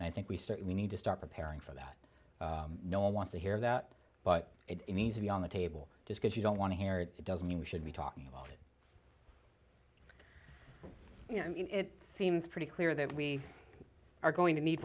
and i think we certainly need to start preparing for that no one wants to hear that but it needs to be on the table just because you don't want to hear it doesn't mean we should be talking about you know i mean it seems pretty clear that we are going to mee